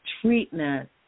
treatment